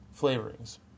Flavorings